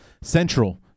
Central